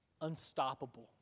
unstoppable